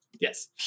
Yes